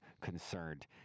concerned